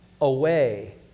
away